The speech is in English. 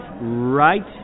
right